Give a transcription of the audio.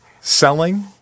selling